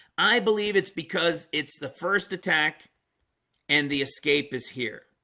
i believe it's because it's the first attack and the escape is here